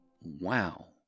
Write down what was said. Wow